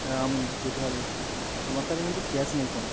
হ্যাঁ আমি যেতে হবে আমার কাছে কিন্তু ক্যাশ নেই কোনো